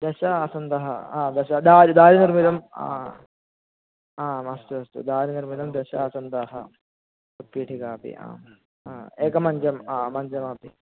दश आसन्दाः हा दश दा दारुनिर्मिताः हा आम् अस्तु अस्तु दारुनिर्मिताः दश आसन्दाः उत्पीठिका अपि आम् एकं मञ्चं ह मञ्चमपि